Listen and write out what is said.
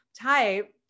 type